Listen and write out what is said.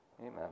Amen